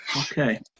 Okay